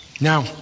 Now